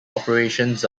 operations